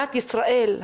מדינת ישראל,